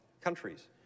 countries